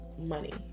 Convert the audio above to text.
money